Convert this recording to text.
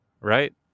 Right